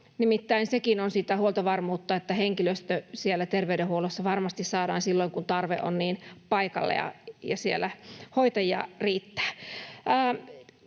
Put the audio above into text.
Nimittäin sekin on sitä huoltovarmuutta, että henkilöstöä siellä terveydenhuollossa varmasti saadaan silloin paikalle, kun tarve on, ja siellä hoitajia riittää.